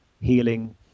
healing